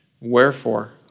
Wherefore